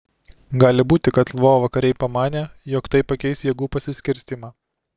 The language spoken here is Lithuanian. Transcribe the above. gali būti kad lvovo kariai pamanė jog tai pakeis jėgų pasiskirstymą